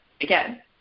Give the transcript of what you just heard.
again